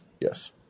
yes